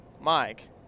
mike